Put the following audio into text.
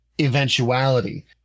eventuality